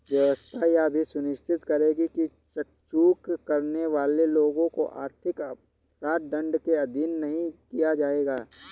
व्यवस्था यह भी सुनिश्चित करेगी कि चूक करने वाले लोगों को आर्थिक अपराध दंड के अधीन नहीं किया जाएगा